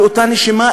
באותה נשימה,